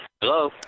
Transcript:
Hello